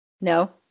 No